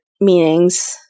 meanings